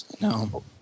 No